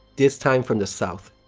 this time from the south.